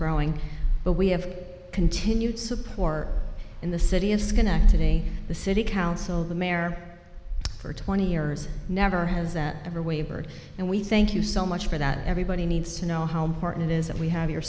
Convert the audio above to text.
growing but we have continued support in the city of schenectady the city council the mare for twenty years never has that ever wavered and we thank you so much for that everybody needs to know how important is it we have your